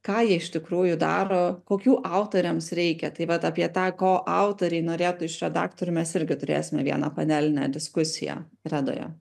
ką jie iš tikrųjų daro kokių autoriams reikia tai vat apie tą ko autoriai norėtų iš redaktorių mes irgi turėsime vieną panelę diskusiją redoje